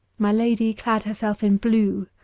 my lady clad herself in blue,